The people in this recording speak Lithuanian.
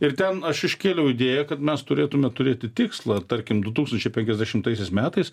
ir ten aš iškėliau idėją kad mes turėtume turėti tikslą tarkim du tūkstančiai penkiasdešimtaisiais metais